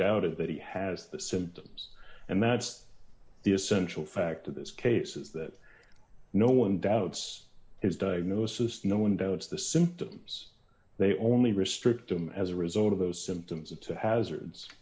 doubted that he has the symptoms and that's the essential fact of this case is that no one doubts his diagnosis no one doubts the symptoms they only restrict him as a result of those symptoms of to hazards